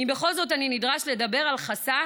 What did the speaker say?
אם בכל זאת אני נדרש לדבר על חסך,